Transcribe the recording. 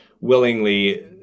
willingly